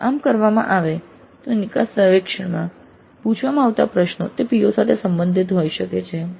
જો આમ કરવામાં આવે તો નિકાસ સર્વેક્ષણમાં પૂછવામાં આવતા પ્રશ્નો તે PO સાથે સંબંધિત હોઈ શકે છે